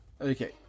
Okay